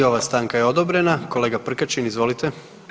I ova stranka je odobrena, kolega Prkačin, izvolite.